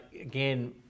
again